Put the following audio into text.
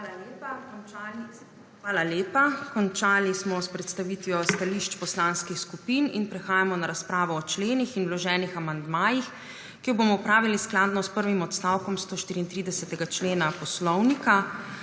Hvala lepa. Končali smo zdaj s predstavitvijo stališč poslanskih skupin in prehajamo na razpravo o členih in vloženih amandmajih, ki jo bomo opravili skladno s prvim odstavkom 134. člena Poslovnika.